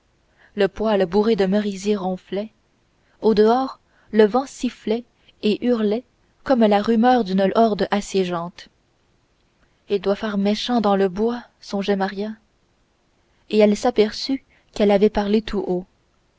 le poêle bourré de merisier ronflait au dehors le vent sifflait et hurlait comme la rumeur d'une horde assiégeante il doit faire méchant dans le bois songeait maria et elle s'aperçut qu'elle avait parlé tout haut